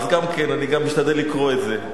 גם כן אני משתדל לקרוא את זה.